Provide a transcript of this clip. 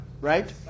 right